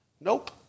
Nope